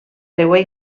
creuer